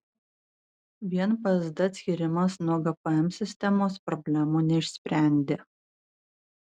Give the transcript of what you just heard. vien psd atskyrimas nuo gpm sistemos problemų neišsprendė